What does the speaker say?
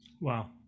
Wow